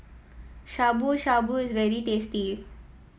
Shabu Shabu is very tasty